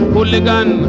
Hooligan